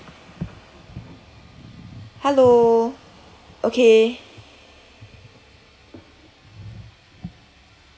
hello okay